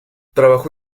trabajó